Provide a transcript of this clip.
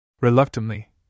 Reluctantly